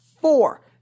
four